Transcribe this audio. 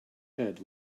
head